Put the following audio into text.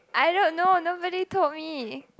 I don't know nobody told me